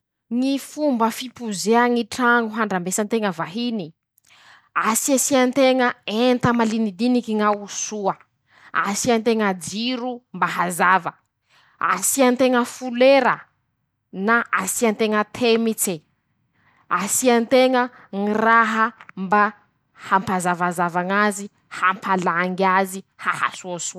Ñy fomba fipozea ñy traño handrambesa nteña vahine: -Asiasia nteña enta malinidiniky ñao soa, asia nteña jiro mba ahazava, asia nteña folera na asia nteña temitse, asia nteña ñy raha mba hampazavazava ñazy, hampalangy azy, ahaso.